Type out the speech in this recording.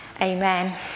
Amen